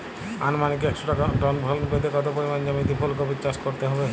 আনুমানিক একশো টন ফলন পেতে কত পরিমাণ জমিতে ফুলকপির চাষ করতে হবে?